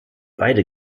beide